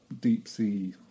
deep-sea